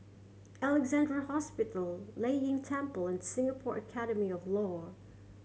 Alexandra Hospital Lei Yin Temple and Singapore Academy of Law